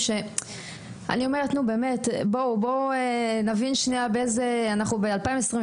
אני אומרת, נו באמת, בואו נבין שאנחנו ב-2022.